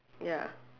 ya